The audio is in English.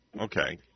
Okay